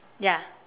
ya